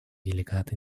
делегат